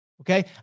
okay